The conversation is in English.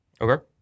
Okay